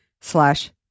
slash